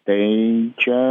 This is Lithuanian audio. tai čia